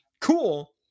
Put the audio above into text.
Cool